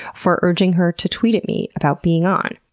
for urging her to tweet at me about being on.